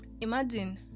Imagine